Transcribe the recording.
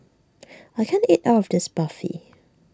I can't eat all of this Barfi